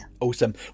Awesome